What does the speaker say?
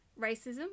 racism